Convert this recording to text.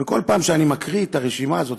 בכל פעם שאני מקריא את הרשימה הזאת,